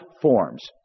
forms